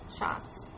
shots